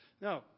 No